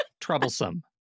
troublesome